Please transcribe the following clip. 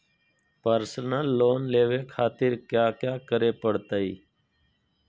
Personal loan लेवे खातिर कया क्या करे पड़तइ?